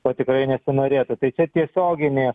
ko tikrai nesinorėtų tai čia tiesioginė